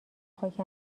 خاک